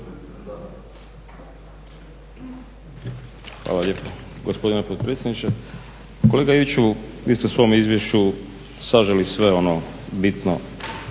Hvala lijepo.